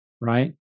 right